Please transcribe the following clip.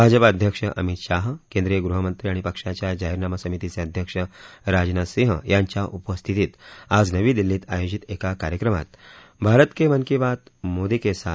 भाजपा अध्यक्ष अमित शाह केंद्रीय गृहमंत्री आणि पक्षाच्या जाहीरनामा समितीचे अध्यक्ष राजनाथ सिंह यांच्या उपस्थितीत आज नवी दिल्लीत आयोजित एका कार्यक्रमात भारत के मन की बात मोदी के साथ